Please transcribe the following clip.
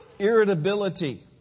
Irritability